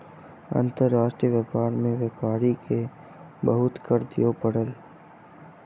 अंतर्राष्ट्रीय व्यापार में व्यापारी के बहुत कर दिअ पड़ल